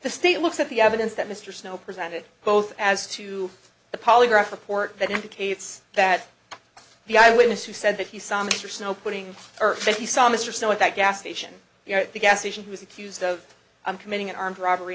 the state looks at the evidence that mr snow presented both as to the polygraph report that indicates that the eyewitness who said that he saw mr snow putting earth when he saw mr snow at that gas station here at the gas station who is accused of i'm committing an armed robbery